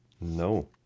no